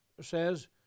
says